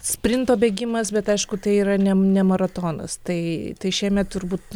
sprinto bėgimas bet aišku tai yra ne maratonas tai tai šiemet turbūt